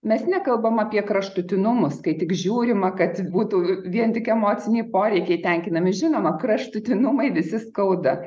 mes nekalbam apie kraštutinumus kai tik žiūrima kad būtų vien tik emociniai poreikiai tenkinami žinoma kraštutinumai visi skauda